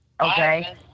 Okay